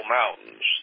mountains